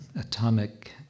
atomic